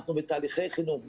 ואנחנו בתהליכי חינוך,